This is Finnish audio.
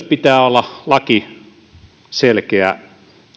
pitää olla myös selkeä